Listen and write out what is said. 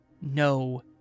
no